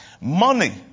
Money